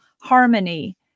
harmony